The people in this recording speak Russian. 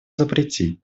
запретить